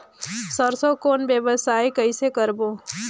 सरसो कौन व्यवसाय कइसे करबो?